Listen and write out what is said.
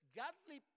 godly